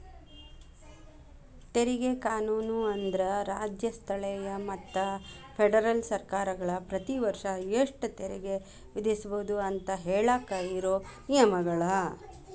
ತೆರಿಗೆ ಕಾನೂನು ಅಂದ್ರ ರಾಜ್ಯ ಸ್ಥಳೇಯ ಮತ್ತ ಫೆಡರಲ್ ಸರ್ಕಾರಗಳ ಪ್ರತಿ ವರ್ಷ ಎಷ್ಟ ತೆರಿಗೆ ವಿಧಿಸಬೋದು ಅಂತ ಹೇಳಾಕ ಇರೋ ನಿಯಮಗಳ